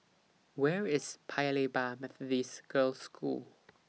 Where IS Paya Lebar Methodist Girls' School